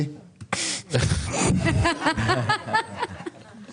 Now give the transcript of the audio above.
ותבקש עוד ארבעה חודשים להשלים למשך שנה,